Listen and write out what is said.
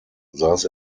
saß